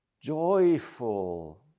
joyful